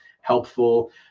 helpful